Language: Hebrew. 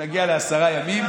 נגיע לעשרה ימים.